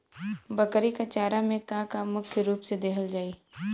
बकरी क चारा में का का मुख्य रूप से देहल जाई?